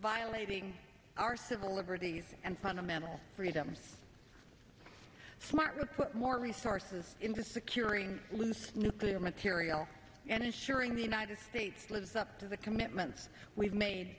violating our civil liberties and fundamental freedoms smart report more resources into securing loose nuclear material and ensuring the united states lives up to the commitments we've made